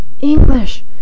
English